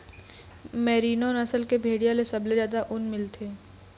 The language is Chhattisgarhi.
मैरिनो नसल के भेड़िया ले सबले जादा ऊन मिलथे